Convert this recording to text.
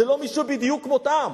זה לא מישהו בדיוק כמותם.